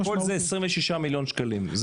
וכל זה 26 מיליון שקלים?